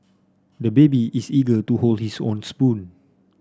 the baby is eager to hold his own spoon